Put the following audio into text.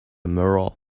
mirror